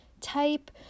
type